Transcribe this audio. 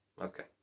Okay